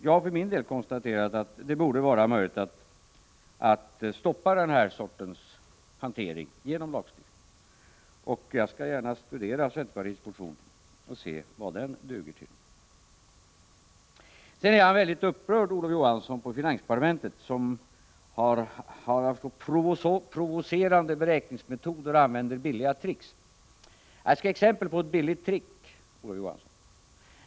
Jag har för min del konstaterat att det borde vara möjligt att stoppa den här sortens hantering genom lagstiftning. Jag skall gärna studera centerpartiets motion och se vad den duger till. Olof Johansson är väldigt upprörd på finansdepartementet, som enligt hans mening har provocerande beräkningsmetoder och använder billiga trick. Jag skall ge exempel på ett billigt trick.